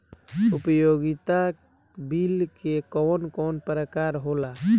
उपयोगिता बिल के कवन कवन प्रकार होला?